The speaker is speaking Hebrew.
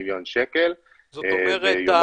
שקל --- זאת אומרת,